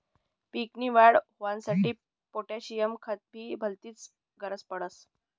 पीक नी वाढ होवांसाठी पोटॅशियम खत नी भलतीच गरज पडस